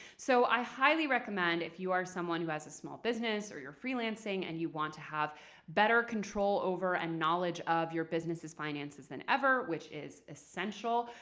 so i highly recommend, if you are someone who has a small business or you're freelancing and you want to have better control over and knowledge of your business's finances than ever, which is essential,